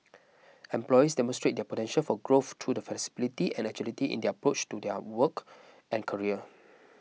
employees demonstrate their potential for growth through the flexibility and agility in their approach to their work and career